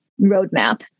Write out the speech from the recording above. roadmap